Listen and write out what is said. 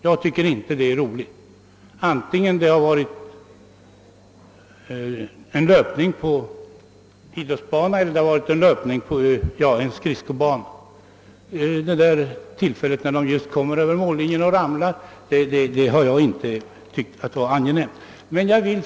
Jag tycker inte det är angenämt — vare sig det har varit en löpning på en idrottsbana eller en löpning på en skridskobana. Det tillfälle när löparen just kommer över mållinjen och faller har jag inte tyckt vara angenämt att bli åskådare till.